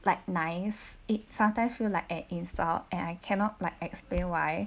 like nice it sometimes feel like an insult and I cannot like explain why